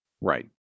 Right